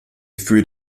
für